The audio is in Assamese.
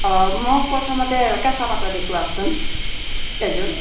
অ মোক প্ৰথমতে কেঁচা পাটৰ দেখুৱাওকচোন এযোৰ